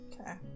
Okay